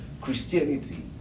Christianity